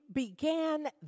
began